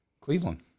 Cleveland